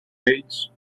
weights